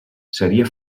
seria